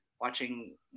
watching